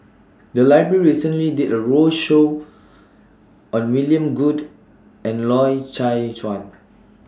The Library recently did A roadshow on William Goode and Loy Chye Chuan